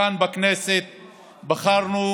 בחרנו